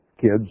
kids